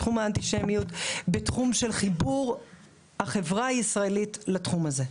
בתחום האנטישמיות ובתחום חיבור החברה הישראלית לתחום זה.